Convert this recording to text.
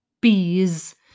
bees